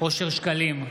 אושר שקלים,